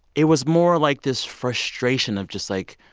it was more, like, this frustration of just, like,